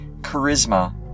Charisma